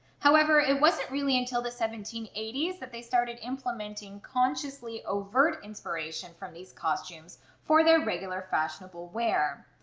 however it wasn't really until the seventeen eighty s that they started implementing consciously overt inspiration from these costumes for their regular fashionable wear.